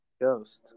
Ghost